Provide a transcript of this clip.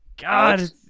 God